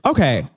Okay